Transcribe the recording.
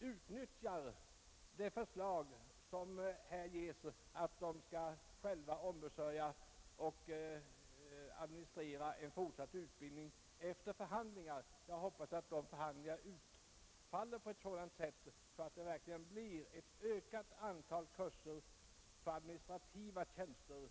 utnyttja uppslaget att efter förhandlingar med sjuksköterskorna ombesörja och administrera den fortsatta utbildningen. Jag hoppas att de förhandlingarna utfaller så att vi verkligen får ett ökat antal kurser vid SIHUS för administrativa tjänster.